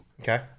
Okay